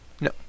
no